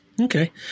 Okay